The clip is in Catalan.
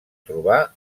trobar